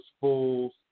fools